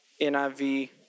NIV